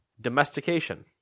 Domestication